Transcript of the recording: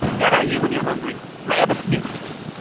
you're not you when you're hungry. grab a snickers.